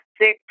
six